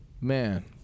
man